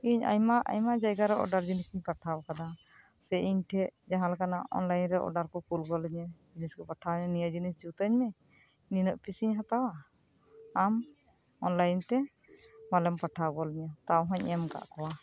ᱤᱧ ᱟᱭᱢᱟ ᱟᱭᱢᱟ ᱡᱟᱭᱜᱟ ᱨᱮ ᱚᱰᱟᱨ ᱡᱤᱱᱤᱥ ᱤᱧ ᱯᱟᱴᱷᱟᱣ ᱟᱠᱟᱫᱟ ᱥᱮ ᱤᱧ ᱴᱷᱮᱱ ᱡᱟᱦᱟᱸ ᱞᱮᱠᱟᱱᱟᱜ ᱚᱱᱞᱟᱭᱤᱱ ᱨᱮ ᱚᱰᱟᱨ ᱠᱚ ᱠᱳᱞ ᱜᱚᱫ ᱤᱧᱟ ᱡᱤᱱᱤᱥ ᱠᱚ ᱯᱟᱴᱷᱟᱣ ᱤᱧᱟ ᱱᱤᱭᱟᱹ ᱡᱤᱱᱤᱥ ᱡᱩᱛ ᱤᱧᱢᱮ ᱱᱤᱱᱟᱜ ᱯᱚᱭᱥᱟᱹᱧ ᱦᱟᱛᱟᱣᱟ ᱟᱢ ᱚᱱᱞᱟᱭᱤᱱ ᱛᱮ ᱯᱷᱳᱱᱮᱢ ᱯᱟᱴᱷᱟᱣ ᱜᱚᱫ ᱟᱹᱧᱟ ᱛᱟᱣ ᱦᱚᱧ ᱮᱢ ᱟᱠᱟᱫ ᱠᱚᱣᱟ